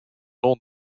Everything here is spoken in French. nom